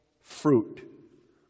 fruit